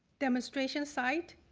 demonstration site.